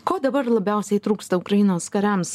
ko dabar labiausiai trūksta ukrainos kariams